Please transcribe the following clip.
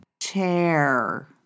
Chair